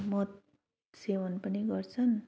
मद सेवन पनि गर्छन्